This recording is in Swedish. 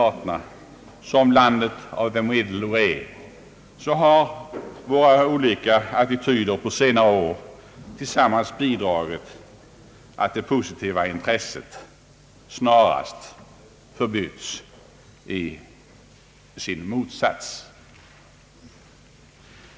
Sveriges utrikesoch handelspolitik staterna som landet »of the middle way» har våra olika attityder under senare år tillsammans bidragit till att det positiva intresset förbytts i sin motsats.